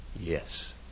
yes